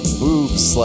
boobs